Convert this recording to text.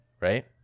right